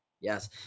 Yes